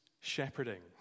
shepherding